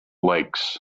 lakes